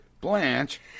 Blanche